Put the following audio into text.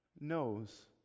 knows